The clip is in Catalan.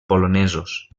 polonesos